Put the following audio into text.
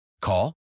Call